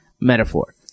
metaphor